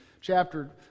chapter